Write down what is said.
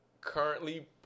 currently